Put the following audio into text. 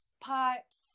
pipes